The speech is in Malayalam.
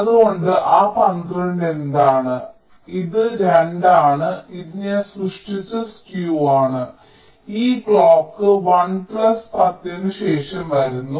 അതുകൊണ്ട് ആ 12 എന്താണ് ഇത് 2 ആണ് ഇത് ഞാൻ സൃഷ്ടിച്ച സ്ക്യൂ ആണ് ഈ ക്ലോക്ക് 1 പ്ലസ് 10 ന് ശേഷം വരുന്നു